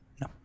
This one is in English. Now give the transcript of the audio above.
No